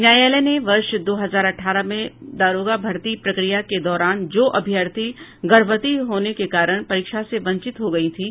न्यायालय ने वर्ष दो हजार अठारह में दारोगा भर्ती प्रक्रिया के दौरान जो अभ्यर्थी गर्भवती होने के कारण परीक्षा से वंचित हो गयी थीं